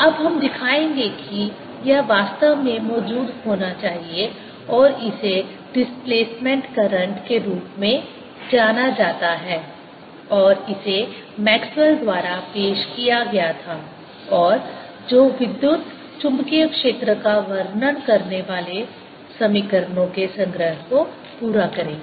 अब हम दिखाएंगे कि यह वास्तव में मौजूद होना चाहिए और इसे डिस्प्लेसमेंट करंट के रूप में जाना जाता है और इसे मैक्सवेल द्वारा पेश किया गया था और जो विद्युत चुम्बकीय क्षेत्र का वर्णन करने वाले समीकरणों के संग्रह को पूरा करेगा